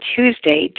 Tuesday